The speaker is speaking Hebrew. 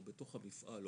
או בתוך המפעל,